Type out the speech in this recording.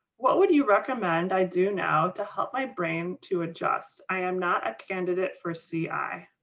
what would you recommend i do now to help my brain to adjust. i am not a candidate for c i.